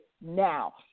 now